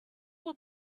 will